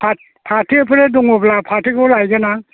फाथोफोर दङब्ला फाथोखौबो लायगोन आं